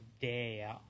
day